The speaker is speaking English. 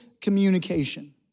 communication